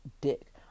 dick